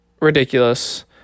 ridiculous